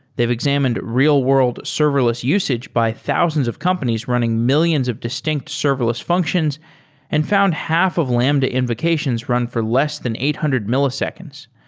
they've examined real-world serverless usage by thousands of companies running millions of distinct serverless functions and found half of lambda implications run for less than eight hundred milliseconds.